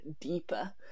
deeper